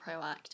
proactive